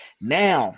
Now